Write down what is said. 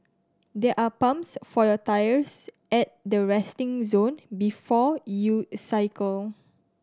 there are pumps for your tyres at the resting zone before you cycle